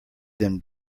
them